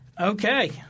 Okay